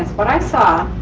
what i saw,